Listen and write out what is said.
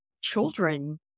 children